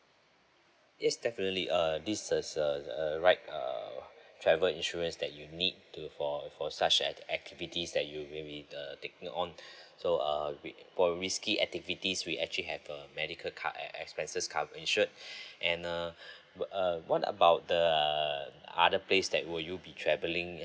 yes definitely uh this is uh right err travel insurance that you need to for for such ac~ activities that you maybe uh take note on so err we for risky activities we actually have uh medical co~ err expenses cover insured and uh uh what about the other place that will you be travelling uh